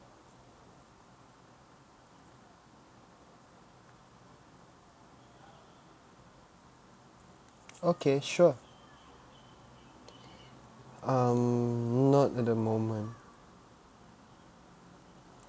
okay sure um not at the moment